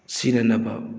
ꯁꯤꯅꯅꯕ